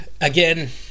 Again